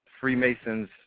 Freemasons